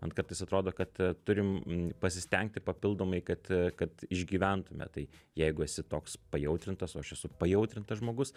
man kartais atrodo kad turim pasistengti papildomai kad kad išgyventume tai jeigu esi toks pajautrintas o aš esu pajautrintas žmogus